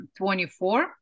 24